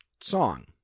song